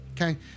okay